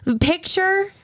Picture